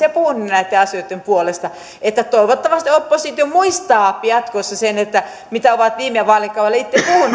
ja puhuneet näiden asioitten puolesta toivottavasti oppositio muistaa jatkossa sen mitä ovat viime vaalikaudella itse puhuneet